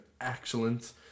excellent